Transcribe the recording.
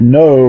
no